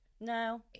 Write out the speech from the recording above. No